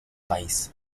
país